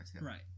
Right